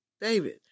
David